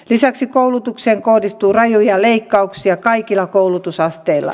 lisäksi koulutukseen kohdistuu rajuja leikkauksia kaikilla koulutusasteilla